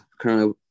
Currently